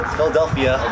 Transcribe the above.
Philadelphia